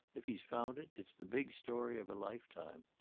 if he's found it, it's the big story of a lifetime.